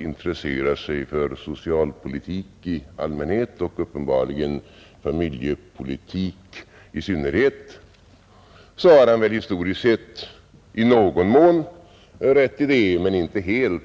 intresserat sig för socialpolitik i allmänhet och uppenbarligen familjepolitik i synnerhet, så har han väl historiskt sett i någon mån — men inte helt — rätt i det.